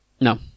no